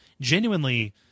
genuinely